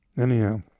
Anyhow